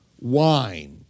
wine